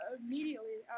immediately